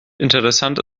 interessant